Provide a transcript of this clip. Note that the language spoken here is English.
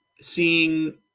seeing